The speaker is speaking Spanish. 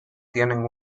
tienen